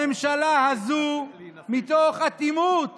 הממשלה הזו, מתוך אטימות